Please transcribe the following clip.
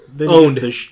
Owned